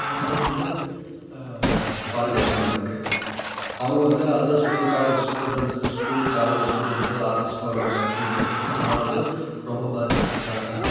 அவங்களுக்குத்தான் வந்து ஃபால்ட் அதிகமாக இருக்குது அவங்க வந்து other school college students school college students office போகிறவங்க டீச்சர்ஸ் இதனால வந்து ரொம்ப பாதித்துட்டு இருக்காங்க